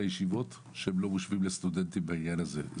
הישיבות שאינם מושווים לסטודנטים בעניין הזה.